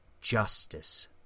Justice